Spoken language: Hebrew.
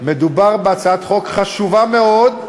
מדובר בהצעת חוק חשובה מאוד,